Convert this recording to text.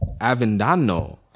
Avendano